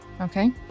Okay